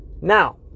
Now